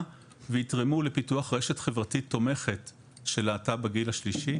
ויתרמו לפיתוח רשת חברתית תומכת של להט"ב בגיל השלישי.